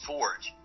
Forge